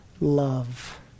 love